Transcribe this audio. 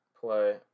play